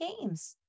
games